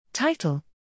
Title